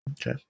Okay